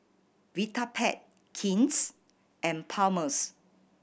Vitapet King's and Palmer's